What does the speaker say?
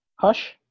Hush